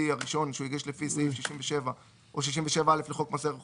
הראשון שהגיש לפי סעיפים 67 או 67א לחוק מס ערך מוסף,